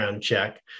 check